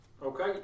Okay